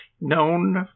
known